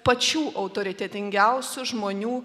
pačių autoritetingiausių žmonių